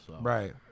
Right